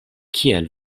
kiel